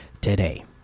today